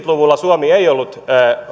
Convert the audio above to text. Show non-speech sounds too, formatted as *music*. *unintelligible* luvulla